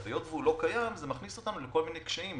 היות שהוא לא קיים זה מכניס אותם לכל מיני קשיים.